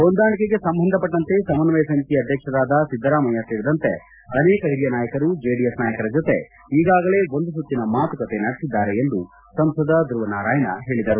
ಹೊಂದಾಣಿಕೆಗೆ ಸಂಬಂಧಪಟ್ಟಂತೆ ಸಮನ್ವಯ ಸಮಿತಿ ಅಧ್ಯಕ್ಷರಾದ ಸಿದ್ದರಾಮಯ್ಯ ಸೇರಿದಂತೆ ಅನೇಕ ಹಿರಿಯ ನಾಯಕರು ಜೆಡಿಎಸ್ ನಾಯಕರ ಜೊತೆ ಈಗಾಗಲೇ ಒಂದು ಸುತ್ತಿನ ಮಾತುಕತೆ ನಡೆಸಿದ್ದಾರೆ ಎಂದು ಸಂಸದ ಧೃವ ನಾರಾಯಣ ಹೇಳಿದರು